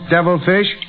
Devilfish